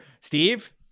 Steve